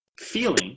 feeling